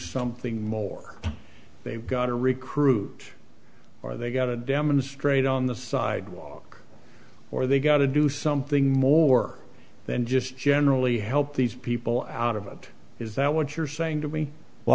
something more they've got to recruit or they've got to demonstrate on the sidewalk or they've got to do something more than just generally help these people out of it is that what you're saying to me well